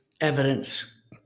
evidence